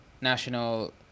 national